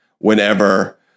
whenever